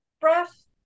breath